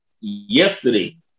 yesterday